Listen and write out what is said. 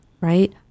right